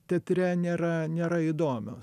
teatre nėra nėra įdomios